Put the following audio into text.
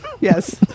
Yes